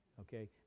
okay